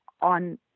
on